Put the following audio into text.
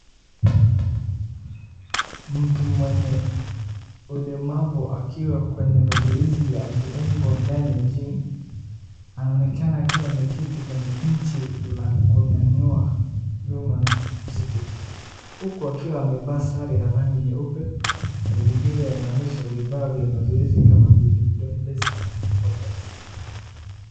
Mtu mwenye ulemavu akiwa kwenye mazoezi ya viungo ndani ya gym . Anaonekana akiwa ameketi kwenye benchi la kunyanyua vyuma vizito. Huku akiwa amevaa sare ya rangi nyeupe, mazingira yanaonyesha vifaa vya mazoezi kama vile dumbbells na barbells .